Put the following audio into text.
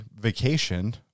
vacation